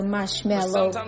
Marshmallow